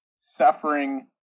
suffering